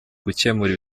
gukemura